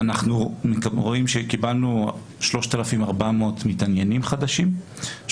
קיבלנו 3,400 מתעניינים חדשים,